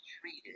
treated